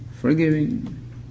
forgiving